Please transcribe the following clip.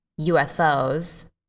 UFOs